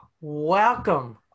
Welcome